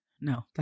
no